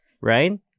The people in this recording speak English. right